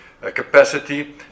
Capacity